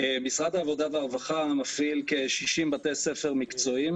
משרד העבודה והרווחה מפעיל כ-60 בתי ספר מקצועיים